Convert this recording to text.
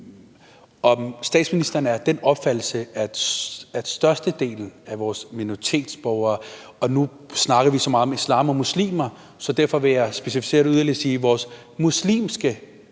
statsminister, om hun er af den opfattelse, at størstedelen af vores minoritetsborgere – og nu snakker vi så meget om islam og muslimer, så derfor vil jeg specificere det yderligere og sige vores muslimske